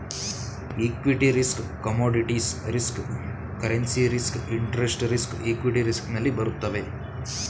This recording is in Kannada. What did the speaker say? equity risk commodities risk currency risk interest risk equity risk ನಲ್ಲಿ ಬರುತ್ತವೆ